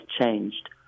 changed